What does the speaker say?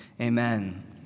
Amen